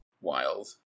wild